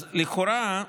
לכאורה,